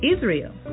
Israel